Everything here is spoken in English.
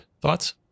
thoughts